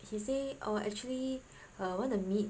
he say oh actually err wanna meet